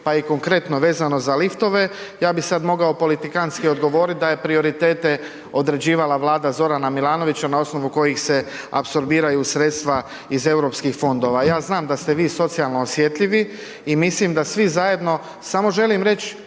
pa i konkretno vezano za liftove ja bi sad mogao politikanski odgovoriti da je prioritete određivala Vlada Zorana Milanovića na osnovu kojih se apsorbiraju iz europskih fondova. Ja znam da ste vi socijalno osjetljivi i mislim da svi zajedno samo želim reć